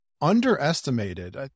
underestimated